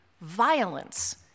violence